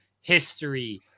history